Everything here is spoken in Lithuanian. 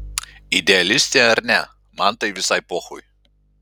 idealistė ar ne man tai visai pochui